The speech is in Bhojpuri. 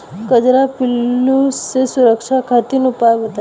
कजरा पिल्लू से सुरक्षा खातिर उपाय बताई?